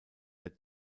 der